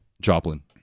Joplin